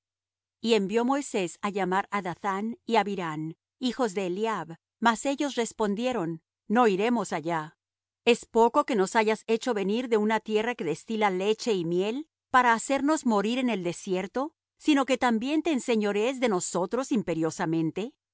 y envió moisés á llamar á dathán y abiram hijos de eliab mas ellos respondieron no iremos allá es poco que nos hayas hecho venir de una tierra que destila leche y miel para hacernos morir en el desierto sino que también te enseñorees de nosotros imperiosamente